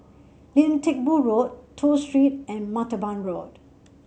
Lim Teck Boo Road Toh Street and Martaban Road